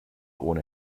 ohne